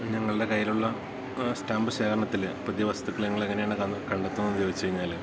ഞങ്ങളുടെ കൈയിലുള്ള സ്റ്റാമ്പ് ശേഖരണത്തില് പുതിയ വസ്തുക്കള് ഞങ്ങളെങ്ങനെയാണ് കണ്ടെത്തുന്നതെന്നു ചോദിച്ചുകഴിഞ്ഞാല്